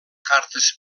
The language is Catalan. cartes